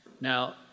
Now